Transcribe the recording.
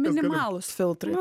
minimalūs taip